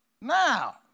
Now